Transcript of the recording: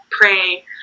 pray